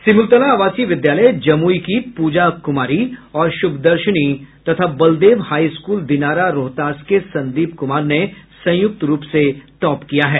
सिमुलतला आवासीय विद्यालय जमुई की पूजा कुमारी और शुभदर्शिनी तथा बलदेव हाई स्कूल दिनारा रोहतास के संदीप कुमार ने संयुक्त रूप से टॉप किया है